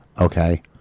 Okay